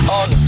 on